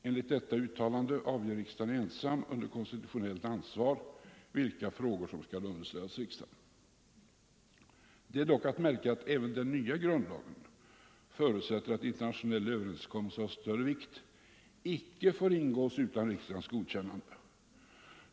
Enligt detta uttalande avgör regeringen ensam under konstitutionellt ansvar vilka frågor som skall underställas riksdagen. Det är dock att märka att även den nya grundlagen förutsätter att internationell överenskommelse av större vikt icke får ingås utan riksdagens godkännande.